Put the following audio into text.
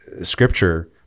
scripture